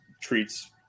treats